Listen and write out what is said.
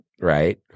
Right